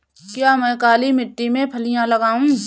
क्या मैं काली मिट्टी में फलियां लगाऊँ?